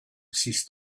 ceased